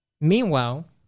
meanwhile